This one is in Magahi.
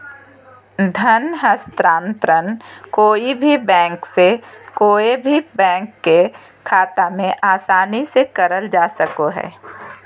धन हस्तान्त्रंण कोय भी बैंक से कोय भी बैंक के खाता मे आसानी से करल जा सको हय